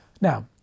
Now